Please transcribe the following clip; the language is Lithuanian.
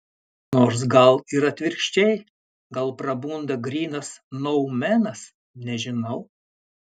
nors gal ir atvirkščiai gal prabunda grynas noumenas nežinau